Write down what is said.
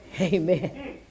Amen